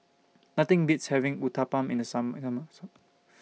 Nothing Beats having Uthapam in The Summer Summer